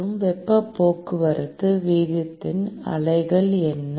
மற்றும் வெப்பப் போக்குவரத்து வீதத்தின் அலகுகள் என்ன